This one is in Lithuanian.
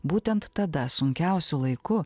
būtent tada sunkiausiu laiku